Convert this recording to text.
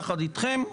יחד אתכם,